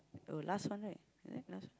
oh last one right there last one